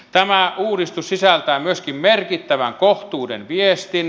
tämä uudistus sisältää myöskin merkittävän kohtuuden viestin